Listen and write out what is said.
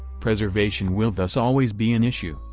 preservation will thus always be an issue,